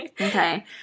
okay